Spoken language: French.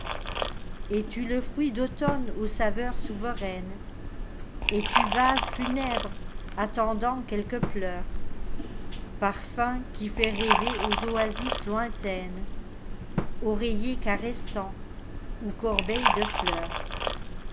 es-tu le fruit d'automne aux saveurs souveraines es-tu vase funèbre attendant quelques pleurs parfum qui fait rêver aux oasis lointaines oreiller caressant eu corbeille de fleurs